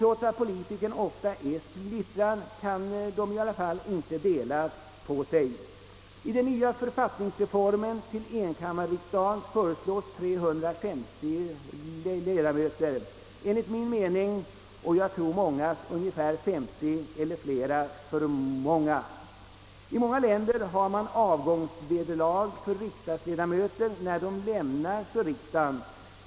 Trots att politikern ofta är splittrad, kan han ju inte dela på sig. Enligt förslaget till författningsreform skall den blivande enkammarriksdagen bestå av 350 ledamöter. Detta är enligt min och säkert många andras mening 50 ledamöter för mycket — eller kanske rentav mer än 50 ledamöter för mycket. I många länder ger man avgångsvederlag till riksdagsledamöter när de lämnar riksdagen.